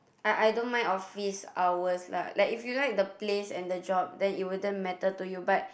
I I don't mind office hours lah like if you like the place and the job then it wouldn't matter to you but